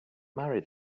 marry